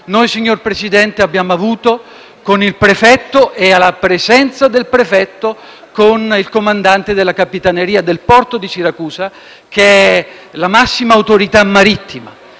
noi, signor Presidente, abbiamo avuto con il prefetto e alla presenza del prefetto con il comandante della Capitaneria del Porto di Siracusa, che è la massima autorità marittima.